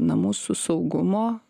na mūsų saugumo